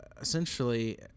essentially